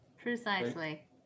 Precisely